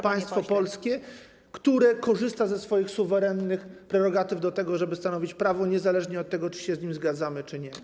państwo polskie, które korzysta ze swoich suwerennych prerogatyw, żeby stanowić prawo, niezależnie od tego, czy się z nim zgadzamy, czy nie.